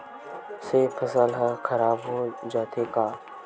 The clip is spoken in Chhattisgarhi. से फसल ह खराब हो जाथे का?